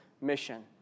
mission